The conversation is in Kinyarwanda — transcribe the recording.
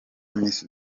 miss